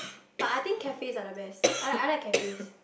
but I think cafes are the best I like I like cafes